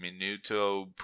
minuto